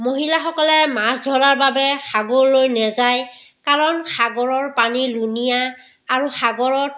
মহিলাসকলে মাছ ধৰাৰ বাবে সাগৰলৈ নাযায় কাৰণ সাগৰৰ পানী লুণীয়া আৰু সাগৰৰ